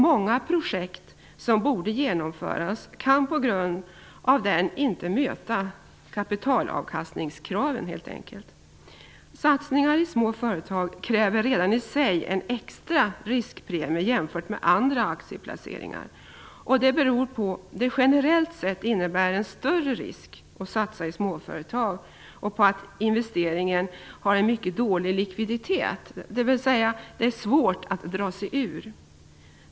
Många projekt som borde genomföras kan på grund av den helt enkelt inte möta kapitalavkastningskraven. Satsningar i små företag kräver redan i sig en extra riskpremie jämfört med andra aktieplaceringar. Det beror på att det generellt sett innebär en större risk att satsa i småföretag och på att investeringen har en mycket dålig likviditet, dvs. det är svårt att dra sig ur.